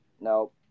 No